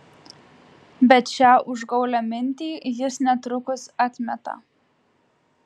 bet šią užgaulią mintį jis netrukus atmeta